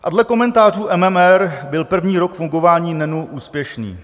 A dle komentářů MMR byl první rok fungování NEN úspěšný.